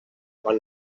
quan